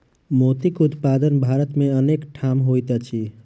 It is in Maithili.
मोतीक उत्पादन भारत मे अनेक ठाम होइत अछि